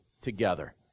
together